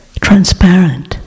transparent